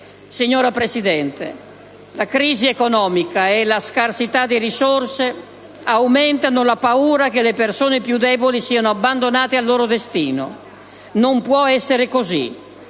Signora Presidente, la crisi economica e la scarsità di risorse aumentano la paura che le persone più deboli siano abbandonate al loro destino. Non può essere così: